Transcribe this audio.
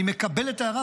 אני מקבל את ההערה,